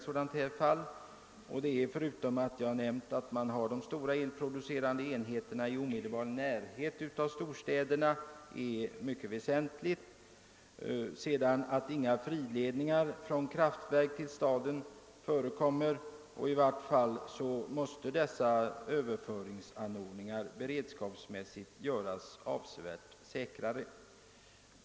Förutom att — som jag nämnt — de stora elproducerande enheterna borde placeras i omedelbar närhet av storstäderna är det mycket väsentligt att inga friledningar förekommer från kraftverk till städer. I varje fall måste dessa överföringsanordningar beredskapsmässigt göras avsevärt säkrare.